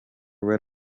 read